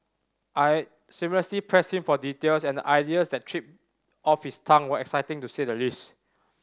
I shamelessly pressed him for details and the ideas that tripped off his tongue were exciting to say the least